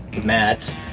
Matt